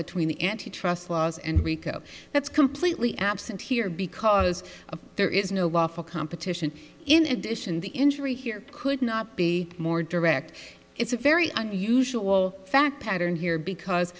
between the antitrust laws and rico that's completely absent here because there is no lawful competition in addition the injury here could not be more direct it's a very unusual fact pattern here because